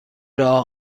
راه